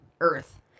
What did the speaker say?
Earth